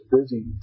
busy